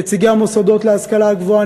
נציגי המוסדות להשכלה גבוהה,